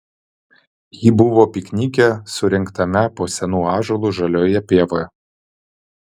ji buvo piknike surengtame po senu ąžuolu žalioje pievoje